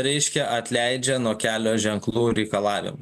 reiškia atleidžia nuo kelio ženklų reikalavimų